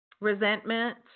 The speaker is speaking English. resentment